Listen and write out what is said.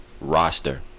roster